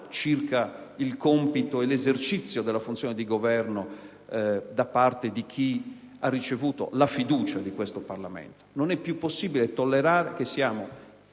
circa il compito e l'esercizio della funzione di Governo da parte di chi ha ricevuto la fiducia del Parlamento. Non è più possibile tollerare il fatto